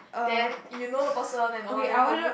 then you know the person and all then will you